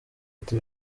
ati